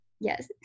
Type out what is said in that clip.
Yes